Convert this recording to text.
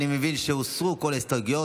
אני מבין שהוסרו כל ההסתייגויות,